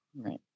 Right